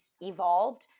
evolved